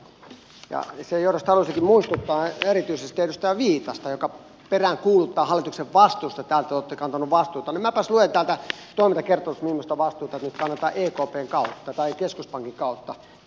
sen johdosta halusinkin muistuttaa erityisesti edustaja viitasta joka peräänkuuluttaa hallituksen vastuuta täällä te olette kantaneet vastuuta niin minäpäs luen täältä toiminta kertomuksesta millaista vastuuta nyt kannetaan ekpn kautta tai keskuspankin kautta